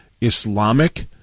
Islamic